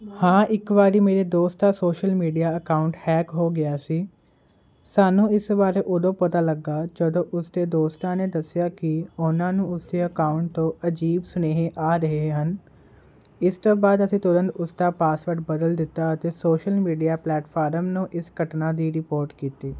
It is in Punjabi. ਆਹ ਇੱਕ ਵਾਰੀ ਮੇਰੇ ਦੋਸਤ ਦਾ ਸੋਸ਼ਲ ਮੀਡੀਆ ਅਕਾਊਂਟ ਹੈਕ ਹੋ ਗਿਆ ਸੀ ਸਾਨੂੰ ਇਸ ਬਾਰੇ ਉਦੋਂ ਪਤਾ ਲੱਗਾ ਜਦੋਂ ਉਸਦੇ ਦੋਸਤਾਂ ਨੇ ਦੱਸਿਆ ਕਿ ਉਹਨਾਂ ਨੂੰ ਉਸ ਅਕਾਊਂਟ ਤੋਂ ਅਜੀਬ ਸੁਨੇਹੇ ਆ ਰਹੇ ਹਨ ਇਸ ਤੋਂ ਬਾਅਦ ਅਸੀਂ ਤੁਰੰਤ ਉਸ ਦਾ ਪਾਸਵਰਡ ਬਦਲ ਦਿੱਤਾ ਅਤੇ ਸੋਸ਼ਲ ਮੀਡੀਆ ਪਲੇਟਫਾਰਮ ਨੂੰ ਇਸ ਘਟਨਾ ਦੀ ਰਿਪੋਰਟ ਕੀਤੀ